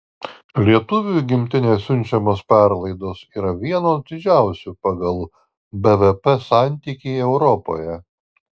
lietuvių į gimtinę siunčiamos perlaidos yra vienos didžiausių pagal bvp santykį europoje